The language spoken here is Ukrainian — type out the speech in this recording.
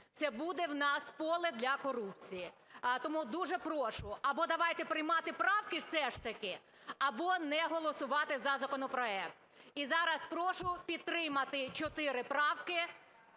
Це буде у нас поле для корупції. Тому дуже прошу, або давайте приймати правки все ж таки, або не голосувати за законопроект. І зараз прошу підтримати чотири правки: